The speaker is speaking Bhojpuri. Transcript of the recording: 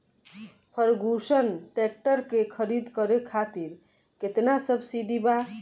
फर्गुसन ट्रैक्टर के खरीद करे खातिर केतना सब्सिडी बा?